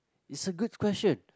it's a good question